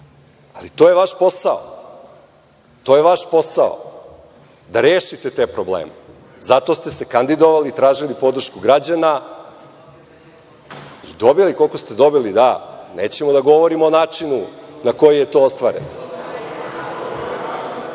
to je vaš posao, da rešite te probleme, zato ste se kandidovali, tražili podršku građana i dobili koliko ste dobili, da, nećemo da govorimo o načinu na koji je to ostvareno. Govorili